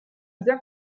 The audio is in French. bien